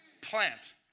Plant